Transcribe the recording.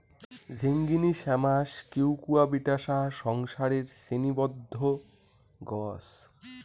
ঝিঙ্গিনী শ্যামাস কিউকুয়াবিটাশা সংসারের শ্রেণীবদ্ধ গছ